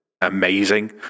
amazing